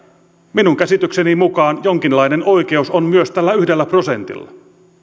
minun käsitykseni mukaan jonkinlainen oikeus on myös tällä yhdellä prosentilla